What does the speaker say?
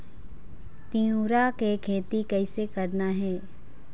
तिऊरा के खेती कइसे करना हे?